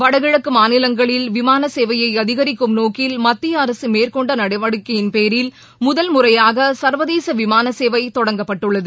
வடகிழக்கு மாநிலங்களில் விமான சேவையை அதிகரிக்கும் நோக்கில் மத்திய அரசு மேற்கொண்ட நடவடிக்கையின் பேரில் முதல் முறையாக சா்வதேச விமான சேவை தொடங்கப்பட்டுள்ளது